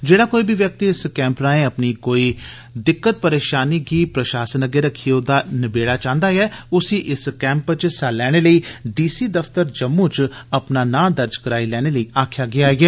जेह्ड़ा कोई बी व्यक्ति इस कैंप राएं अपनी कोई दिक्कत परेषानी गी प्रषासन अग्गे रखियै ओह्दा नबेड़ा चांह्दा ऐ उसी इस कैंप च हिस्सा लैने लेई डी सी दफ्तर जम्मू च अपना ना दर्ज कराई लैने लेई आक्खेआ गेआ ऐ